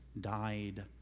died